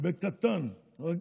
לא.